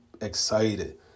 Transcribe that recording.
excited